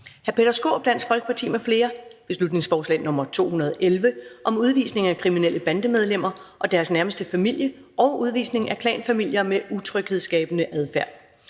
nr. B 211 (Forslag til folketingsbeslutning om udvisning af kriminelle bandemedlemmer og deres nærmeste familie og udvisning af klanfamilier med utryghedsskabende adfærd).